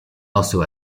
also